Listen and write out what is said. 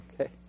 Okay